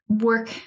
work